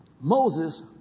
Moses